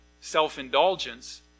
self-indulgence